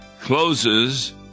closes